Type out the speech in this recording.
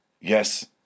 Yes